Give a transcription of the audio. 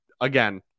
again